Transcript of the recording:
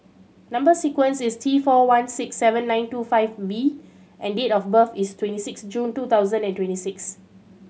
number sequence is T four one six seven nine two five V and date of birth is twenty six June two thousand and twenty six